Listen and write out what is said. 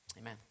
amen